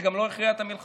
זה גם לא הכריע במלחמה,